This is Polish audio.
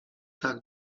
tak